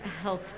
health